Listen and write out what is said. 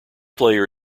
player